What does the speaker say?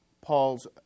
Paul's